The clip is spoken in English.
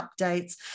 updates